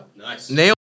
Nice